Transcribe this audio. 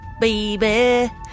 baby